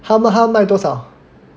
他他要卖多少